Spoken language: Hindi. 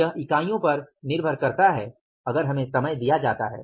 यह इकाइयों पर निर्भर करता है अगर हमें समय दिया जाता है